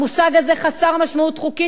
המושג הזה חסר משמעות חוקית,